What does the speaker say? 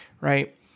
right